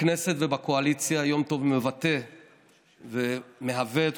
בכנסת ובקואליציה יום טוב מבטא ומהווה את